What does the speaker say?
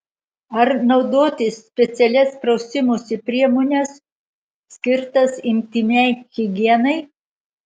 ar naudoti specialias prausimosi priemones skirtas intymiai higienai